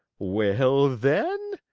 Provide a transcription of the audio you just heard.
well, then,